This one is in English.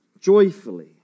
joyfully